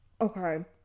Okay